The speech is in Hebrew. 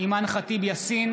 אימאן ח'טיב יאסין,